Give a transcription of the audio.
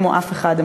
כמו אף אחד,